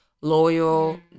loyal